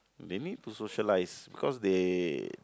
they need to socialise cause they